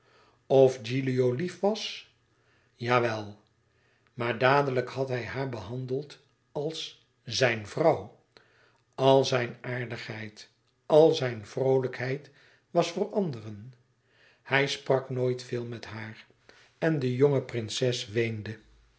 of gilio lief was jawel maar dadelijk had hij haar behandeld als zijn vrouw al zijne aardigheid al zijne vroolijkheid was voor anderen hij sprak nooit veel met haar en de jonge prinses weende